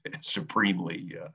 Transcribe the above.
supremely